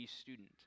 student